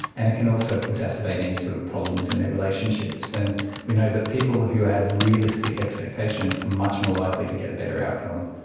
and it can also exacerbate any sort of problems in their relationships. and we know that people who have realistic expectations are much more likely to get a better outcome.